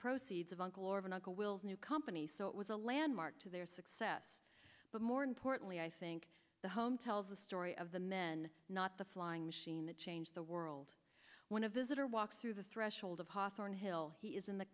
proceeds of uncle or of an uncle will's new company so it was a landmark to their success but more importantly i think the home tells the story of the men not the flying machine that change the world when a visitor walks through the threshold of hostler in hill he is in the